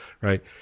right